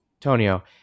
Tonio